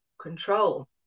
control